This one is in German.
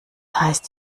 heißt